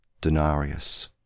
denarius